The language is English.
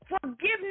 Forgiveness